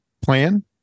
plan